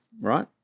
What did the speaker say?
right